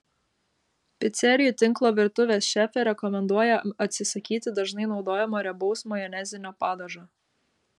picerijų tinklo virtuvės šefė rekomenduoja atsisakyti dažnai naudojamo riebaus majonezinio padažo